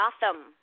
Gotham